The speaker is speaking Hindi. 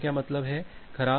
इसका क्या मतलब है